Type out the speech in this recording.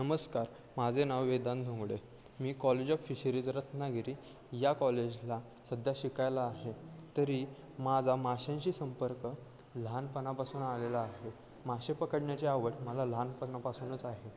नमस्कार माझे नाव वेदांत घोंगडे मी कॉलेज ऑफ फिशरीज रत्नागिरी या कॉलेजला सध्या शिकायला आहे तरी माझा माशांशी संपर्क लहानपणापासून आलेला आहे मासे पकडण्याची आवड मला लहानपणापासूनच आहे